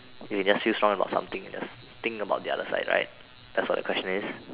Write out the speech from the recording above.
okay just use wrong about something just think about the other side right that's what the question is